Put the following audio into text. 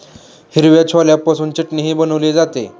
हिरव्या छोल्यापासून चटणीही बनवली जाते